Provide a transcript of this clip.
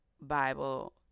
Bible